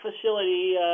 facility